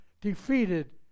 defeated